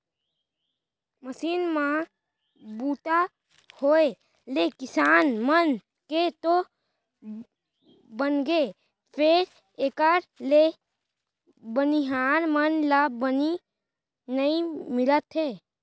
machine म बूता होय ले किसान मन के तो बनगे फेर एकर ले बनिहार मन ला बनी नइ मिलत हे